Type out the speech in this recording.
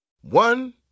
One